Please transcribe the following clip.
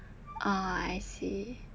oh I see